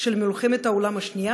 של מלחמת העולם השנייה,